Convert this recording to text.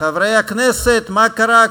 חברי הכנסת, מה קרה?